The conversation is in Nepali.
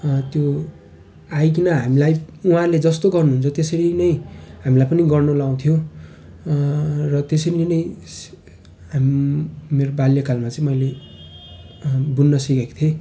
त्यो आइकन हामीलाई उहाँले जस्तो गर्नुहुन्छ त्यसरी नै हामीलाई पनि गर्नु लगाउँथ्यो र त्यसरी नै अब मेरो बाल्यकालमा चाहिँ मैले बुन्न सिकेको थिएँ